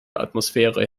atmosphäre